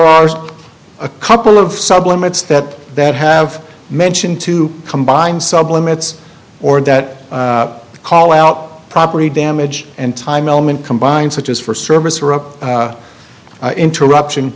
are a couple of supplements that that have mention to combine supplements or that call out property damage and time element combined such as for service or up interruption